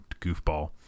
goofball